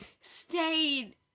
stayed